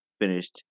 finished